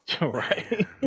Right